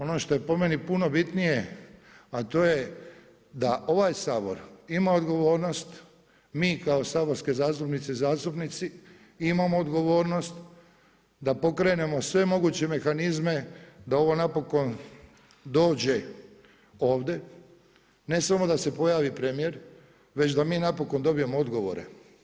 Ono što je po meni puno bitnije a to je da ovaj Sabor ima odgovornost, mi kao saborske zastupnice i zastupnici imamo odgovornost da pokrenemo sve moguće mehanizme da ovo napokon dođe ovdje ne samo da se pojavi premijer već da mi napokon dobijemo odgovore.